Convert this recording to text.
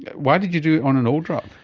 why did you do it on an old drug?